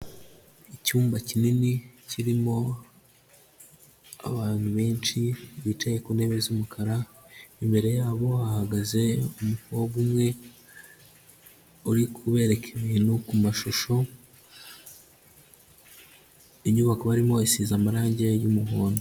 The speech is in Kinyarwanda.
Icyumba kinini kirimo abantu benshi bicaye ku ntebe z'umukara, imbere yabo hahagaze umukobwa umwe uri kubereka ibintu ku mashusho, inyubako barimo isize amarangi y'umuhondo.